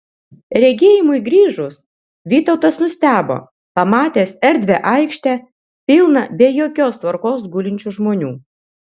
regėjimui grįžus vytautas nustebo pamatęs erdvią aikštę pilną be jokios tvarkos gulinčių žmonių